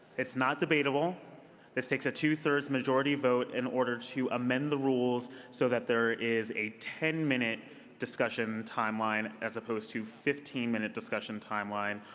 it's not debated this takes a two-thirds majority vote in order to amend the rules so that there is a ten minute discussion timeline as opposed to fifteen minute discussion timeline.